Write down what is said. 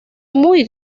muy